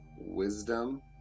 Wisdom